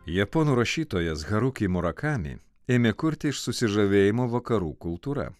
japonų rašytojas haruki murakami ėmė kurti iš susižavėjimo vakarų kultūra